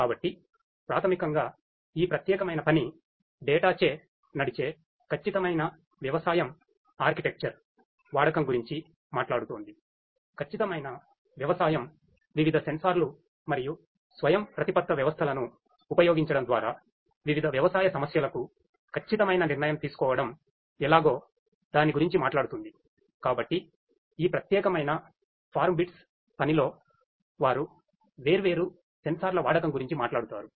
కాబట్టి ప్రాథమికంగా ఈ ప్రత్యేకమైన పని డేటా మరియు స్వయంప్రతిపత్త వ్యవస్థలను ఉపయోగించడం ద్వారా వివిధ వ్యవసాయ సమస్యలకు సరఇన నిర్ణయం తీసుకోవడం ఎలాగో దాని గురించి మాట్లాడుతుంది